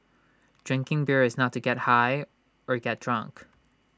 drinking beer is not to get high or get drunk